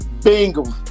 Bengals